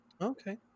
Okay